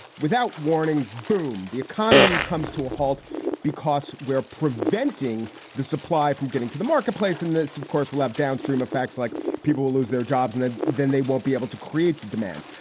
without warning, boom, the economy comes to a halt because we're preventing the supply from getting to the marketplace. and that's, of course, we'll have downstream effects like people will lose their jobs and then they won't be able to create the demand.